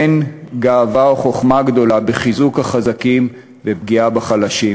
אין גאווה או חוכמה גדולה בחיזוק החזקים ובפגיעה בחלשים,